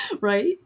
right